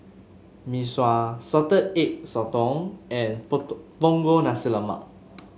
Mee Sua Salted Egg Sotong and Punggol Nasi Lemak